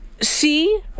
see